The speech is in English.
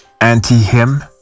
anti-him